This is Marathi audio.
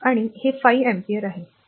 I आणि हे 5 ampere आहे